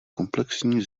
komplexní